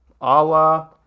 Allah